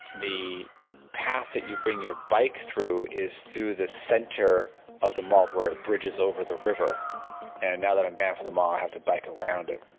the path that you bring your bike through, is through the center of the mall where it bridges over the river and now that i'm banned from the mall i have to bike around it.